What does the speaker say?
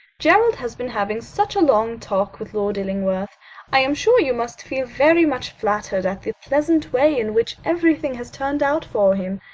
gerald has been having such a long talk with lord illingworth i am sure you must feel very much flattered at the pleasant way in which everything has turned out for him.